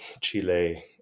Chile